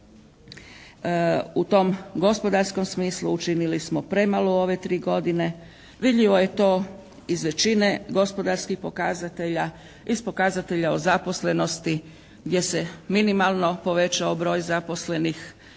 u tom gospodarskom smislu učinili smo premalo u ove 3 godine. Vidljivo je to iz većine gospodarskih pokazatelja, iz pokazatelja o zaposlenosti gdje se minimalno povećao broj zaposlenih i gdje